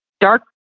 dark